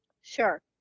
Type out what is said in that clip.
Sure